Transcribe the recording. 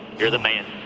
you're the man.